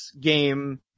game